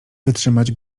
wytrzymać